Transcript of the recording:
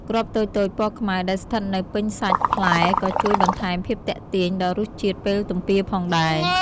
គ្រាប់តូចៗពណ៌ខ្មៅដែលស្ថិតនៅពេញសាច់ផ្លែក៏ជួយបន្ថែមភាពទាក់ទាញដល់រសជាតិពេលទំពារផងដែរ។